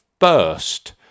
first